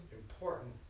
important